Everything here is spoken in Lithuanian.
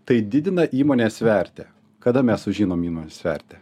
tai didina įmonės vertę kada mes sužinom įmonės vertę